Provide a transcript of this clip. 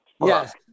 Yes